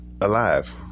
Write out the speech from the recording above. alive